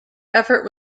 effort